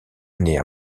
année